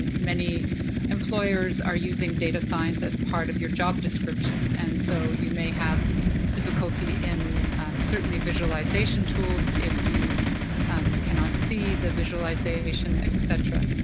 and many employers are using data science as part of your job description. and so you may have difficulty in certainly visualization tools if you cannot see the visualization, et cetera.